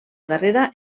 darrera